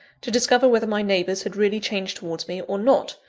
to discover whether my neighbours had really changed towards me, or not,